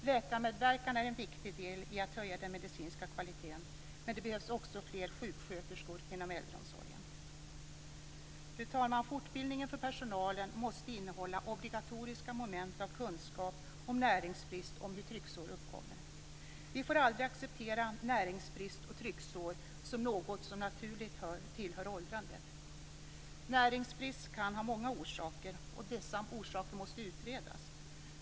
Läkarmedverkan är en viktig del i att höja den medicinska kvaliteten, men det behövs också fler sjuksköterskor inom äldreomsorgen. Fru talman! Fortbildningen för personalen måste innehålla obligatoriska moment av kunskap om näringsbrist och om hur trycksår uppkommer. Vi får aldrig acceptera näringsbrist och trycksår som något som naturligt tillhör åldrandet. Näringsbrist kan ha många orsaker, och dessa orsaker måste utredas.